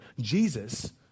Jesus